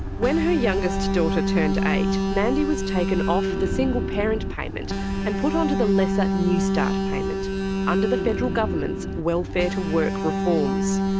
when her youngest daughter turned eight, mandy was taken off the single parent payment and put onto the lesser newstart payment under the federal government's welfare-to-work reforms.